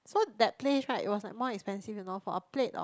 so that place right it was like more expensive you know for a plate of